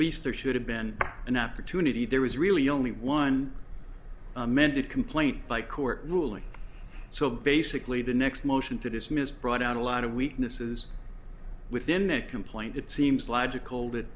least there should have been an opportunity there was really only one amended complaint by court ruling so basically the next motion to dismiss brought out a lot of weaknesses within that complaint it seems logical that